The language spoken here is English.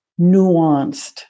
nuanced